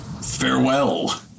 Farewell